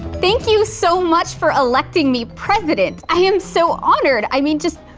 thank you so much for electing me president! i am so honored! i mean, just.